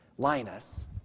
Linus